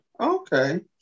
Okay